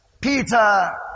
Peter